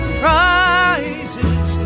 prizes